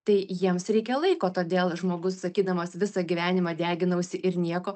tai jiems reikia laiko todėl žmogus sakydamas visą gyvenimą deginausi ir nieko